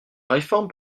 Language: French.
réforme